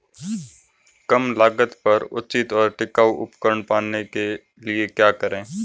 कम लागत पर उचित और टिकाऊ उपकरण पाने के लिए क्या करें?